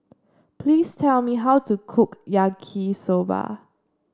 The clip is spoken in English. please tell me how to cook Yaki Soba